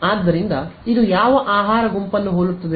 ಆದ್ದರಿಂದ ಇದು ಯಾವ ಆಹಾರ ಗುಂಪನ್ನು ಹೋಲುತ್ತದೆ